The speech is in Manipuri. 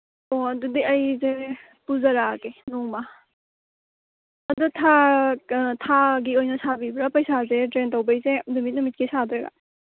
ꯑꯣ ꯑꯗꯨꯗꯤ ꯑꯩꯁꯦ ꯄꯨꯖꯔꯛꯑꯒꯦ ꯅꯣꯡꯃ ꯑꯗꯨ ꯊꯥ ꯊꯥꯒꯤ ꯑꯣꯏꯅ ꯁꯥꯕꯤꯕ꯭ꯔꯥ ꯄꯩꯁꯥꯁꯦ ꯇ꯭ꯔꯦꯟ ꯇꯧꯕꯒꯤꯁꯦ ꯅꯨꯃꯤꯠ ꯅꯨꯃꯤꯠꯀꯤ ꯁꯥꯗꯣꯏꯔ